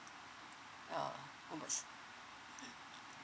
uh onwards